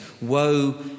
woe